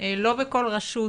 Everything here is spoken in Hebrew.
לא בכל רשות